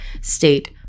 State